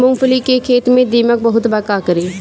मूंगफली के खेत में दीमक बहुत बा का करी?